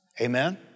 Amen